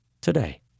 today